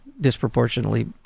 disproportionately